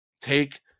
take